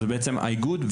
בעצם האיגוד,